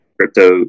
crypto